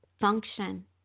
function